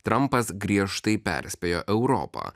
trampas griežtai perspėjo europą